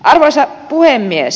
arvoisa puhemies